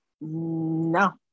No